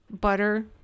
butter